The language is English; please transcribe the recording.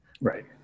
right